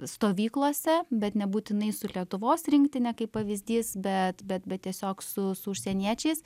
stovyklose bet nebūtinai su lietuvos rinktine kaip pavyzdys bet bet bet tiesiog su su užsieniečiais